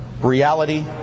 reality